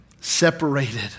separated